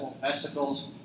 vesicles